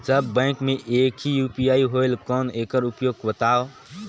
सब bank मे एक ही यू.पी.आई होएल कौन एकर उपयोग बताव?